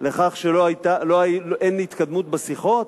לכך שאין התקדמות בשיחות?